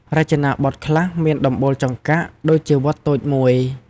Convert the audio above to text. រចនាបទខ្លះមានដំបូលចង្កាក់ ដូចជាវត្តតូចមួយ។